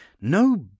no